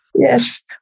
Yes